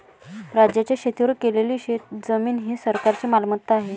राज्याच्या शेतीवर केलेली शेतजमीन ही सरकारची मालमत्ता आहे